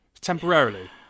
Temporarily